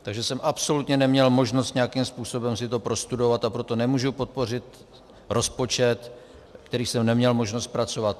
Takže jsem absolutně neměl možnost nějakým způsobem si to prostudovat, a proto nemůžu podpořit rozpočet, který jsem neměl možnost zpracovat.